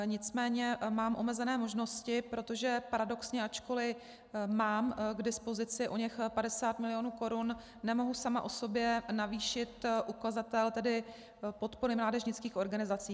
Nicméně mám omezené možnosti, protože paradoxně, ačkoliv mám k dispozici oněch 50 milionů korun, nemohu sama o sobě navýšit ukazatel podpory mládežnických organizací.